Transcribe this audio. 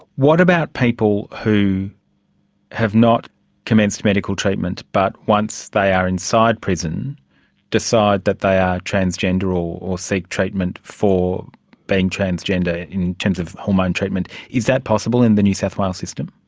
what about people who have not commenced medical treatment but once they are inside prison decide that they are transgender or or seek treatment for being transgender in terms of hormone treatment, is that possible in the new south wales system?